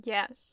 Yes